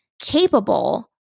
capable